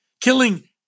killing